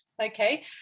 okay